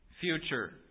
future